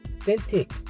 authentic